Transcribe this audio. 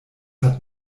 hat